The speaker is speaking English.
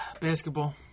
Basketball